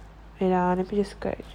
ya I'm actually scared